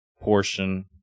portion